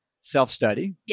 self-study